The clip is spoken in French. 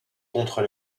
contre